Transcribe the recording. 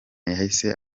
yahise